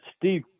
Steve